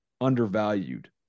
undervalued